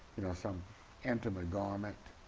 you know some intimate garment,